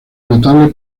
notable